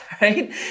right